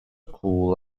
cool